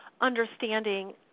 understanding